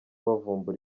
bavumbura